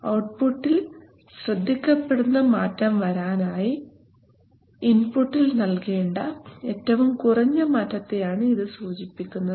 ഔട്ട്പുട്ടിൽ ശ്രദ്ധിക്കപ്പെടുന്ന മാറ്റം വരാനായി ഇൻപുട്ടിൽ നൽകേണ്ട ഏറ്റവും കുറഞ്ഞ മാറ്റത്തെയാണ് ഇത് സൂചിപ്പിക്കുന്നത്